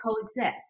coexist